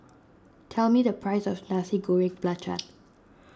tell me the price of Nasi Goreng Belacan